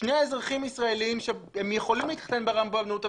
שני אזרחים ישראלים שיכולים להתחתן ברבנות,